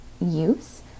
use